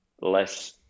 less